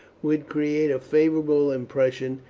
would create a favourable impression,